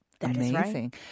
Amazing